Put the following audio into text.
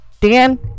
Dan